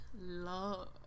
love